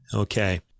Okay